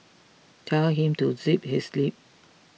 tell him to zip his lip